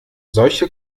solche